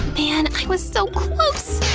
man, i was so close!